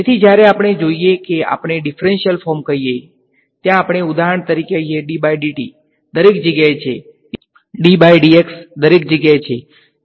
તેથી જ્યારે આપણે જોઈએ કે આપણે ડીફરંશીયલ ફોર્મ કહીએ ત્યાં આપણે ઉદાહરણ તરીકે કહીએ દરેક જગ્યાએ છે ddx દરેક જગ્યાએ છે